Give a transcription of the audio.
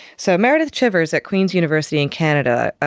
so meredith chivers, at queens university in canada,